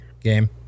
game